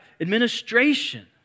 administration